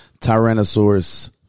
Tyrannosaurus